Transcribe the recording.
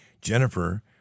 Jennifer